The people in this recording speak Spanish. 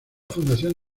fundación